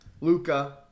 Luca